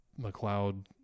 McLeod